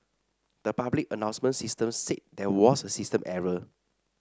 the public announcement system said there was a system error